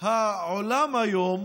העולם היום